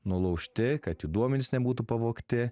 nulaužti kad jų duomenys nebūtų pavogti